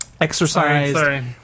Exercise